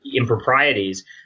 improprieties